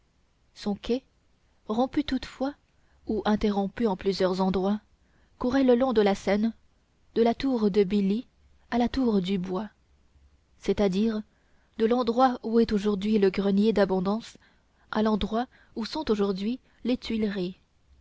son quai rompu toutefois ou interrompu en plusieurs endroits courait le long de la seine de la tour de billy à la tour du bois c'est-à-dire de l'endroit où est aujourd'hui le grenier d'abondance à l'endroit où sont aujourd'hui les tuileries